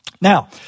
Now